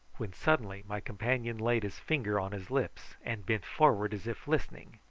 when suddenly my companion laid his finger on his lips and bent forward as if listening.